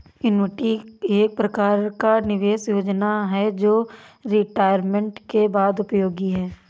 annuity एक प्रकार का निवेश योजना है जो रिटायरमेंट के बाद उपयोगी है